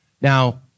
Now